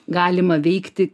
galima veikti